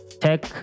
tech